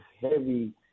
heavy